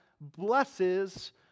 blesses